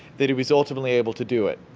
that he was ultimately able to do it.